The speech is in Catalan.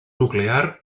nuclear